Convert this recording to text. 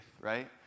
right